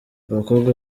abakobwa